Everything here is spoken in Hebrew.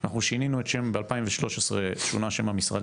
אנחנו שינינו את השם ב-2013 שונה השם של המשרד,